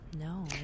No